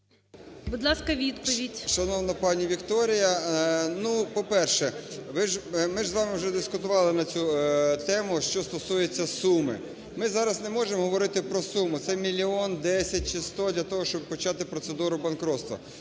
Шановна пані Вікторія! Ну, по-перше, ми ж з вами вже дискутували на цю тему, що стосується суми. Ми зараз не можемо говорити про суму, це мільйон, десять чи сто для того, щоб почати процедуру банкрутства.